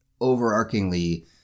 overarchingly